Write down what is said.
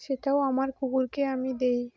সেটাও আমার কুকুরকে আমি দিই